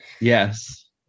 Yes